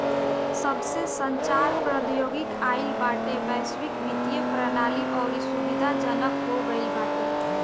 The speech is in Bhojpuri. जबसे संचार प्रौद्योगिकी आईल बाटे वैश्विक वित्तीय प्रणाली अउरी सुविधाजनक हो गईल बाटे